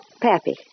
Pappy